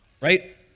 right